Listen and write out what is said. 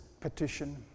petition